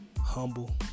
humble